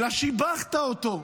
אלא שיבחת אותו,